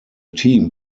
team